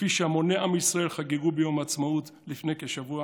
כפי שהמוני עם ישראל חגגו ביום העצמאות לפני כשבוע